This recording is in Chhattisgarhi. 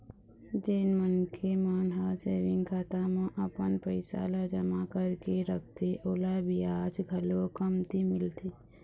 जेन मनखे मन ह सेविंग खाता म अपन पइसा ल जमा करके रखथे ओला बियाज घलोक कमती मिलथे